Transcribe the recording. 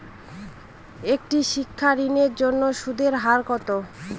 একটি শিক্ষা ঋণের জন্য সুদের হার কত?